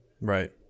Right